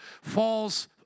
falls